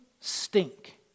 stink